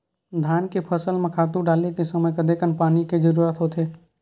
धान के फसल म खातु डाले के समय कतेकन पानी के जरूरत होथे?